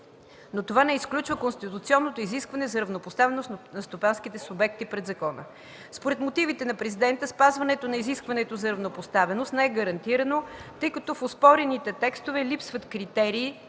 но това не изключва конституционното изискване за равнопоставеност на стопанските субекти пред закона. Според мотивите на Президента спазването на изискването за равнопоставеност не е гарантирано, тъй като в оспорените текстове липсват критерии,